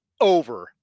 over